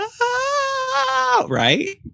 right